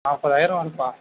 நாற்பதாயிரம் வரும்பா